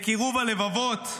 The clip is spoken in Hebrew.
לקירוב הלבבות.